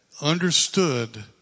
understood